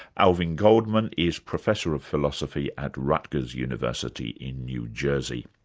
alvin goldman is professor of philosophy at rutgers university in new jersey.